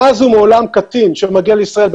מאז ומעולם קטין שמגיע לישראל,